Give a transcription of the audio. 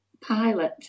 pilot